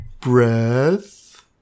breath